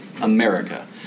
America